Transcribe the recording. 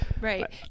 Right